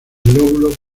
lóbulo